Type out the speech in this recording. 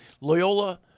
Loyola